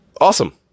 Awesome